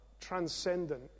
transcendent